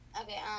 Okay